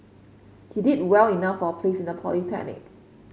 he did well enough for a place in a polytechnic